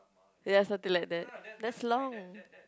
ya something like that that's long